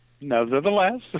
nevertheless